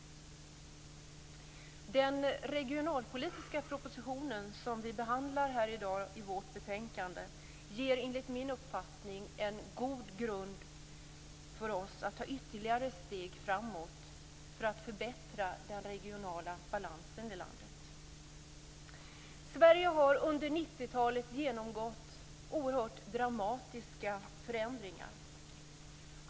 Den regionalpolitiska propositionen, som vi behandlar här i dag i vårt betänkande, ger enligt min uppfattning en god grund för oss att ta ytterligare steg framåt för att förbättra den regionala balansen i landet. Sverige har under 90-talet genomgått oerhört dramatiska förändringar.